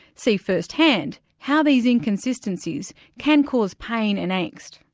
see first-hand how these inconsistencies can cause pain and angst.